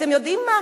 אתם יודעים מה?